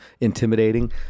intimidating